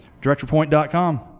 DirectorPoint.com